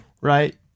Right